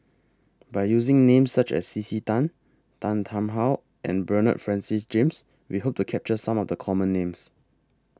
By using Names such as C C Tan Tan Tarn How and Bernard Francis James We Hope to capture Some of The Common Names